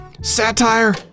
satire